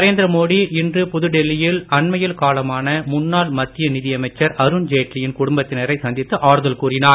நரேந்திர மோடி இன்று புதுடெல்லியில் அண்மையில் காலமான முன்னாள் மத்திய நிதியமைச்சர் அருண் ஜேட்லியின் குடும்பத்தினரை சந்தித்து ஆறுதல் கூறினார்